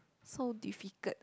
so difficult